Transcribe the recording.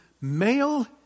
male